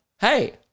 hey